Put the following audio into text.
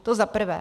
To za prvé.